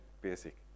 basic